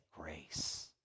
grace